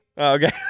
Okay